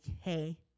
hey